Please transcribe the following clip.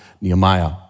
Nehemiah